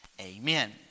amen